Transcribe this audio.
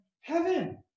heaven